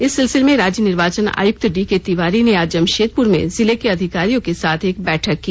इस सिलसिले में राज्य निर्वाचन आयुक्त डीके तिवारी ने आज जमशेदपुर में जिले के अधिकारियों के साथ एक बैठक की